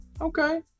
Okay